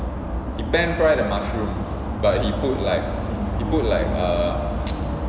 he pan fry the mushroom but he put like he put like err